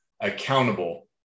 accountable